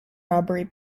robbery